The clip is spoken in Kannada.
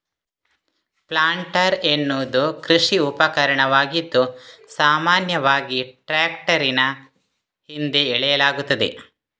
ಪ್ಲಾಂಟರ್ ಎನ್ನುವುದು ಕೃಷಿ ಉಪಕರಣವಾಗಿದ್ದು, ಸಾಮಾನ್ಯವಾಗಿ ಟ್ರಾಕ್ಟರಿನ ಹಿಂದೆ ಎಳೆಯಲಾಗುತ್ತದೆ